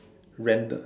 rent ah